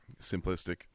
simplistic